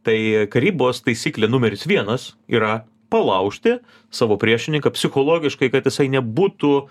tai karybos taisyklė numeris vienas yra palaužti savo priešininką psichologiškai kad jisai nebūtų